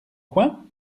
coin